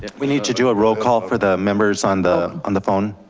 we need to do a roll call for the members on the on the phone.